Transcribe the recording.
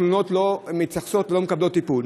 התלונות לא מקבלות טיפול.